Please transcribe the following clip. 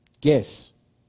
guess